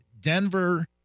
Denver